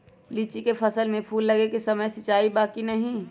लीची के फसल में फूल लगे के समय सिंचाई बा कि नही?